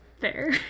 fair